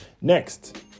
next